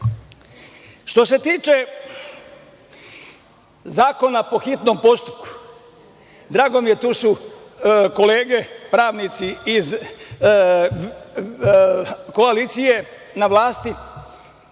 se tiče zakona po hitnom postupku. Drago mi je, tu su kolege pravnici iz koalicije na vlasti,